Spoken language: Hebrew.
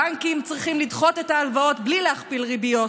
הבנקים צריכים לדחות את ההלוואות בלי להכפיל ריביות.